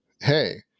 Hey